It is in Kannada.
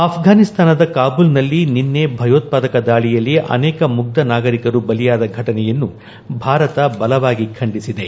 ಆಫ್ಟಾನಿಸ್ತಾನದ ಕಾಬೂಲ್ನಲ್ಲಿ ನಿನ್ನೆ ನಡೆದ ಭಯೋತ್ವಾದಕ ದಾಳಿಯಲ್ಲಿ ಅನೇಕ ಮುಗ್ದ ನಾಗರಿಕರು ಬಲಿಯಾದ ಘಟನೆಯನ್ನು ಭಾರತ ಬಲವಾಗಿ ಖಂಡಿಸಿದೆ